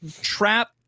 trap